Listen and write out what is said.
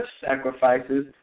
sacrifices